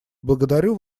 благодарю